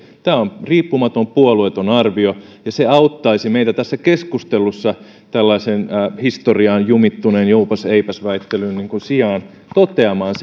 tämä on riippumaton puolueeton arvio ja se auttaisi meitä tässä keskustelussa tällaisen historiaan jumittuneen juupas eipäs väittelyn sijaan toteamaan